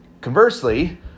Conversely